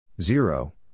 zero